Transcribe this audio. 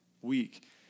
week